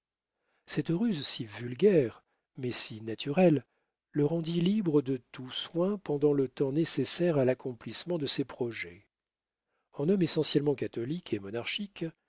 cette ruse si vulgaire mais si naturelle le rendit libre de tout soin pendant le temps nécessaire à l'accomplissement de ses projets en homme essentiellement catholique et monarchique